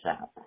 out